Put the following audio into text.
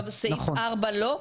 סעיף 4 לא?